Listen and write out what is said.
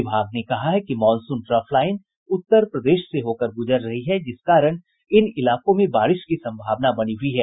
विभाग ने कहा है कि monsoon trough line Uttar Pradesh से होकर गुजर रही है जिस कारण इन इलाकों में बारिश की सम्भावना बनी हुई है